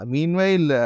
Meanwhile